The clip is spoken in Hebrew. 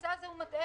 הממוצע הזה מטעה.